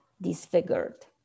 disfigured